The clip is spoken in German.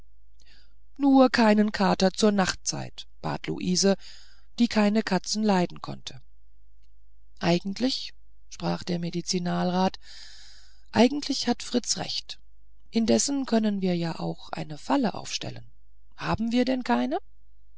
nur keinen kater zur nachtzeit bat luise die keine katzen leiden konnte eigentlich sprach der medizinalrat eigentlich hat fritz recht indessen können wir ja auch eine falle aufstellen haben wir denn keine